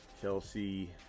Kelsey